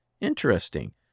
Interesting